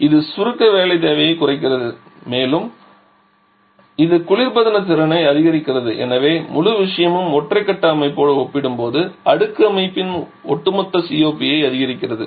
இது சுருக்க வேலை தேவையை குறைக்கிறது மேலும் இது குளிர்பதன திறனை அதிகரிக்கிறது எனவே இந்த முழு விஷயமும் ஒற்றை கட்ட அமைப்போடு ஒப்பிடும்போது அடுக்கு அமைப்பின் ஒட்டுமொத்த COP ஐ அதிகரிக்கிறது